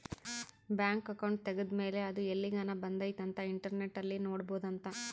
bank account ತೆಗೆದ್ದ ಮೇಲೆ ಅದು ಎಲ್ಲಿಗನ ಬಂದೈತಿ ಅಂತ ಇಂಟರ್ನೆಟ್ ಅಲ್ಲಿ ನೋಡ್ಬೊದು ಅಂತ